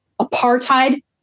apartheid